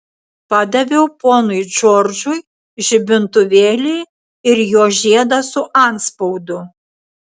padaviau ponui džordžui žibintuvėlį ir jo žiedą su antspaudu